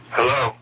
Hello